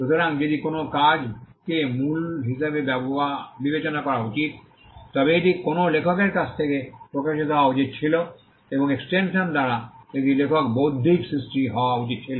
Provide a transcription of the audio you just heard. সুতরাং যদি কোনও কাজকে মূল হিসাবে বিবেচনা করা উচিত তবে এটি কোনও লেখকের কাছ থেকে প্রকাশিত হওয়া উচিত ছিল এবং এক্সটেনশন দ্বারা এটি লেখক বৌদ্ধিক সৃষ্টি হওয়া উচিত ছিল